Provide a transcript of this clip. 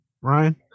Ryan